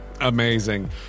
Amazing